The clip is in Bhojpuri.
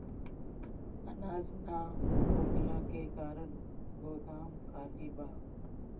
अनाज ना होखला के कारण गोदाम खाली बा